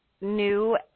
new